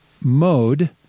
mode